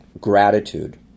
Gratitude